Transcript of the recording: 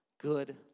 good